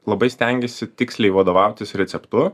labai stengiasi tiksliai vadovautis receptu